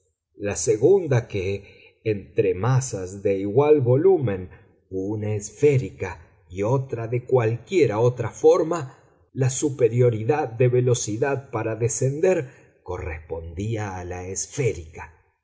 la segunda que entre masas de igual volumen una esférica y otra de cualquiera otra forma la superioridad de velocidad para descender correspondía a la esférica